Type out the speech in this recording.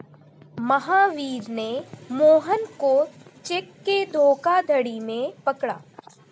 महावीर ने मोहन को चेक के धोखाधड़ी में पकड़ा